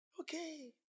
Okay